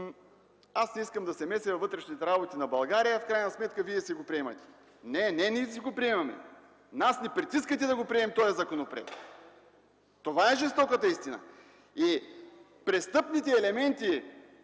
„Аз не искам да се меся във вътрешните работи на България. В крайна сметка Вие сте си го приемали.” Не, не ние си го приемаме, притискате ни да приемем този законопроект – това е жестоката истина. Престъпните елементи,